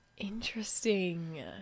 interesting